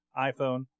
iPhone